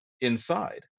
inside